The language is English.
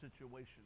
situation